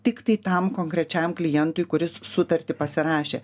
tiktai tam konkrečiam klientui kuris sutartį pasirašė